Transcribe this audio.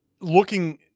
looking